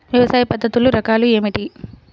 వ్యవసాయ పద్ధతులు రకాలు ఏమిటి?